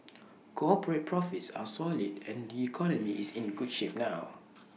cooporate profits are solid and the economy is in good shape now